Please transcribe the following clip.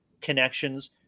connections